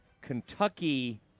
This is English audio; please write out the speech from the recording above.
Kentucky